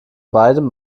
beidem